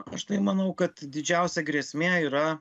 o štai manau kad didžiausia grėsmė yra